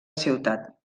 ciutat